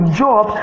job